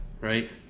right